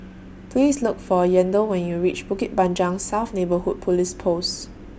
Please Look For Yandel when YOU REACH Bukit Panjang South Neighbourhood Police Post